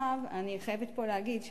אני חייבת פה להגיד,